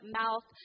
mouth